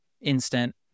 instant